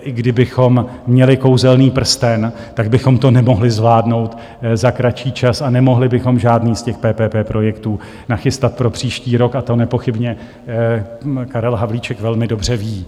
I kdybychom měli kouzelný prsten, tak bychom to nemohli zvládnout za kratší čas a nemohli bychom žádný z těch PPP projektů nachystat pro příští rok, a to nepochybně Karel Havlíček velmi dobře ví.